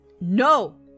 No